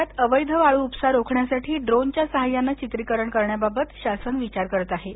राज्यात अवैध वाळ उपसा रोखण्यासाठी ड्रोनच्या सहाय्यानं चित्रिकरण करण्याबाबत शासन विचार करत आहे